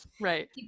right